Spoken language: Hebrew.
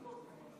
לוועדה המיוחדת.